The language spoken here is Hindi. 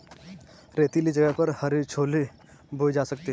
रेतीले जगह पर हरे छोले बोए जा सकते हैं